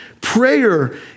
Prayer